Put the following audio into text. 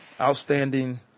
outstanding